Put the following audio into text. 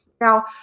Now